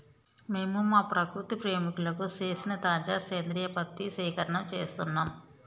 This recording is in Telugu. మేము మా ప్రకృతి ప్రేమికులకు సేసిన తాజా సేంద్రియ పత్తి సేకరణం సేస్తున్నం